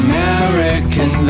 American